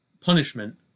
punishment